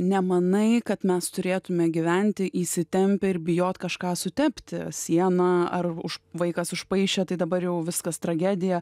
nemanai kad mes turėtume gyventi įsitempę ir bijot kažką sutepti sieną ar už vaikas užpaišė tai dabar jau viskas tragedija